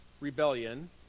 rebellion